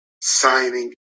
signing